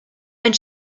and